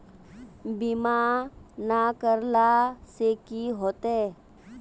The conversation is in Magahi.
बीमा ना करेला से की होते?